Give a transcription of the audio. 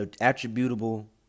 attributable